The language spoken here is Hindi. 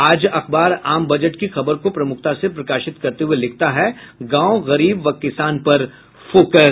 आज अखबार आम बजट की खबर को प्रमुखता से प्रकाशित करते हुए लिखता है गांव गरीब व किसान पर फोकस